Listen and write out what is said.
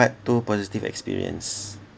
part two positive experience